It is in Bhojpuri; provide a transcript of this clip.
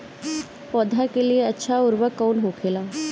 पौधा के लिए अच्छा उर्वरक कउन होखेला?